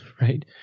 right